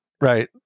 Right